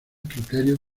criterios